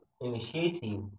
initiative